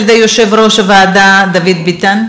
על-ידי יושב-ראש הוועדה דוד ביטן.